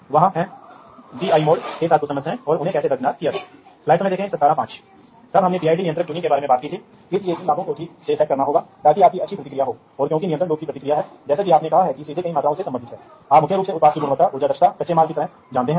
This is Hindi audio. तो यहाँ अगर डेटा दूषित है तो इससे आपको बहुत नुकसान हो सकता है आप पैसे के मामले में विनाशकारी परिणाम मानव सुरक्षा और इस तरह की चीजों के बारे में जानते हैं